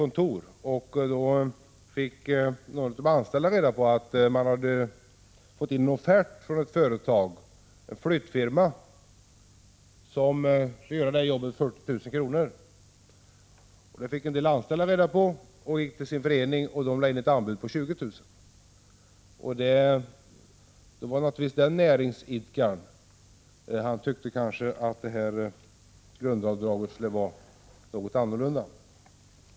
Några av de anställda fick reda på att företaget hade fått in en offert från en flyttfirma som skulle göra jobbet för 40 000 kr. De gick till sin idrottsförening och talade om det, och föreningen lämnade in ett anbud på 20 000 kr. Den näringsidkaren tyckte nog att grundavdraget skulle ha varit ett annat.